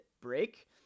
break